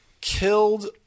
killed